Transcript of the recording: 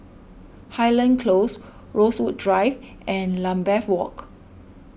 Highland Close Rosewood Drive and Lambeth Walk